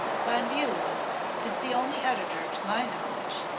von bulow is the only editor, to my knowledge,